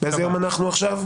באיזה יום אנחנו עכשיו?